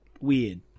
weird